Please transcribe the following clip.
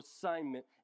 assignment